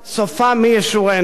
סופה מי ישורנו.